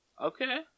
Okay